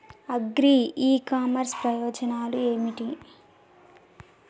Agri e commerce ప్రయోజనాలు ఏమిటి?